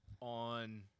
on